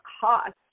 cost